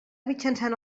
mitjançant